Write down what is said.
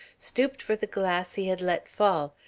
stooped for the glass he had let fall,